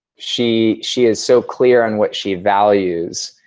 she she is so clear on what she values,